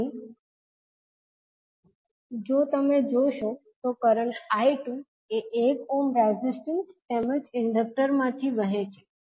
અહીં જો તમે જોશો તો કરંટ 𝐈2 એ 1 ઓહ્મ રેઝિસ્ટન્સ તેમજ ઈન્ડકટર માંથી વહે છે